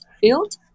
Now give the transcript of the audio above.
field